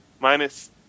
minus